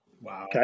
Wow